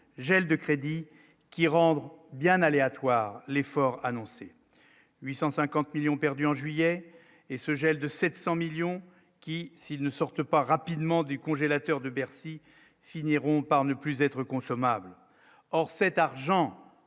gel de crédits qui rendront bien aléatoire l'effort annoncé 850 millions perdus en juillet et ce gel de 700 millions qui s'ils ne sortent pas rapidement des congélateurs de Bercy finiront par ne plus être consommable,